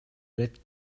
red